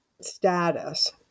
status